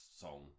song